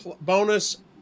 bonus